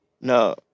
No